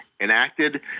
enacted